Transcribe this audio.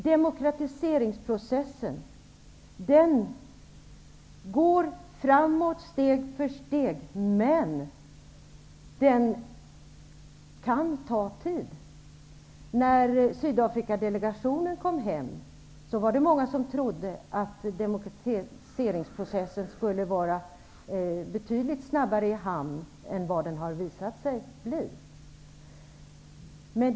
Demokratiseringsprocessen går framåt steg för steg, men det kan ta tid. När Sydafrikadelegationen kom hem var det många som trodde att demokratiseringsprocessen skulle ros i hamn betydligt snabbare än som visat sig vara fallet.